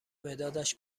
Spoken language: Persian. مدادش